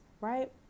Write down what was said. right